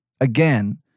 Again